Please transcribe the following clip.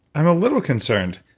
i'm a little concerned.